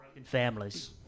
families